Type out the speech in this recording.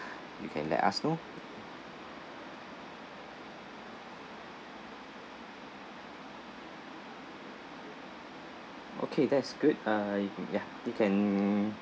you can let us know okay that's good uh ya we can